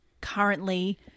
currently